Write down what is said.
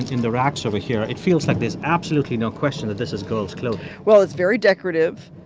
in the racks over here, it feels like there's absolutely no question that this is girls' clothing well, it's very decorative.